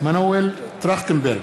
מנואל טרכטנברג,